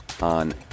on